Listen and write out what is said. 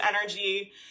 energy